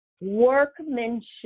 workmanship